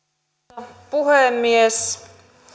arvoisa puhemies